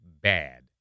bad